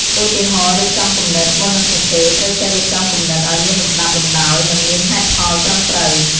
ឧទាហរណ៍ រៀបចំគំនិត មុននឹងសរសេរ ត្រូវចេះរៀបចំគំនិតឱ្យមានលំដាប់លំដោយ និងមានហេតុផលត្រឹមត្រូវ។